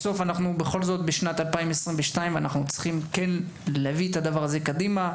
בסוף אנו בשנת 2023 וצריכים להביא את הדבר קדימה.